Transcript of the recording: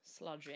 sludging